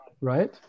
right